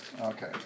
Okay